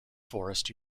forest